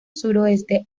suroeste